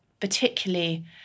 particularly